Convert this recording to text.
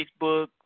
Facebook